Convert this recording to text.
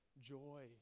Joy